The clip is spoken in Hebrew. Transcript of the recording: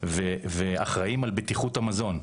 ואחראים על בטיחות המזון.